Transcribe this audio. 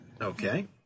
Okay